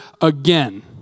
again